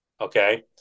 okay